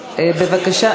בבקשה,